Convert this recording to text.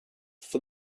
for